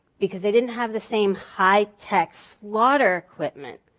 because they didn't have the same high tech slaughter equipment.